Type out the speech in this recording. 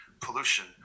pollution